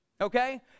okay